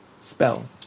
spell